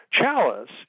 chalice